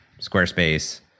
Squarespace